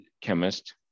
chemist